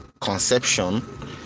conception